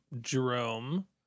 Jerome